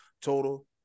total